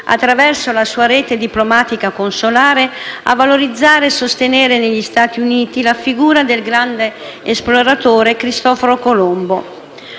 attraverso la sua rete diplomatica consolare, a valorizzare e sostenere negli Stati Uniti la figura del grande esploratore Cristoforo Colombo.